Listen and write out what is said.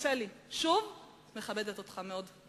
תרשה לי, שוב, אני מכבדת אותך מאוד.